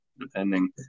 depending